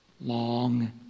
Long